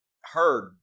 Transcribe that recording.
heard